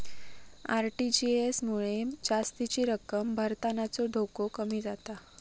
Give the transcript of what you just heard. RTGS मुळे जास्तीची रक्कम भरतानाचो धोको कमी जाता